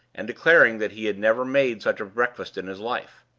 and declaring that he had never made such a breakfast in his life.